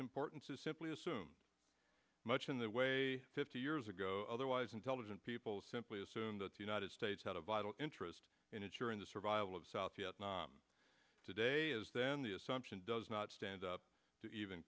importance is simply assume much in the way fifty years ago otherwise intelligent people simply assume that the united states had a vital interest in ensuring the survival of south vietnam today is then the assumption does not stand up to even